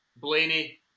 Blaney